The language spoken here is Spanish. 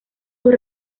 sus